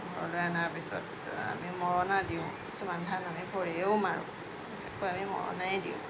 ঘৰলৈ অনাৰ পিছত আমি মৰণা দিওঁ কিছুমান ধান আমি ভৰিয়েও মাৰোঁ বিশেষকৈ আমি মৰণাই দিওঁ